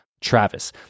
Travis